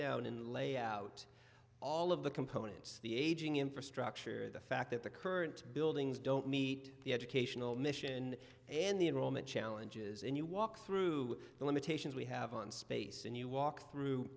down and lay out all of the components the aging infrastructure the fact that the current buildings don't meet the educational mission and the enrollment challenges and you walk through the limitations we have on space and you walk through